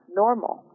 normal